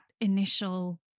initial